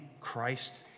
Christ